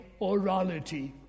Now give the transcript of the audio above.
orality